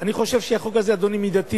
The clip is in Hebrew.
אני חושב שהחוק הזה מידתי,